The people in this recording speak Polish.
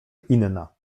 inna